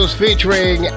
featuring